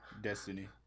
Destiny